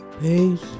Peace